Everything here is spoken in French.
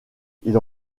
ils